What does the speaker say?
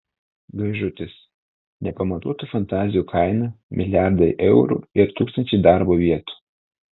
gaižutis nepamatuotų fantazijų kaina milijardai eurų ir tūkstančiai darbo vietų